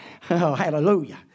hallelujah